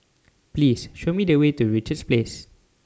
Please Show Me The Way to Richards Place